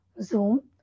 Zoom